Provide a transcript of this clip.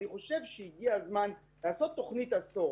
אני חושב שהגיע הזמן לעשות תוכנית עשור.